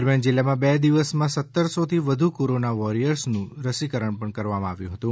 દરમિયાન જિલ્લામાં બે દિવસમાં સત્તરસો થી વધુ કોરોના વોરીયર્સનું રસીકરણ કરવામાં આવ્યું હતું